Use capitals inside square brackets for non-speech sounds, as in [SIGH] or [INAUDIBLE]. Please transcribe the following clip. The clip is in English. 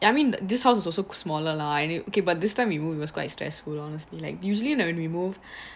ya I mean this house is also smaller lah any okay but this time we move also quite stressful honestly like usually when we move [BREATH]